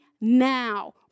now